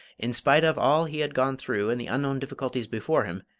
in spite of all he had gone through and the unknown difficulties before him,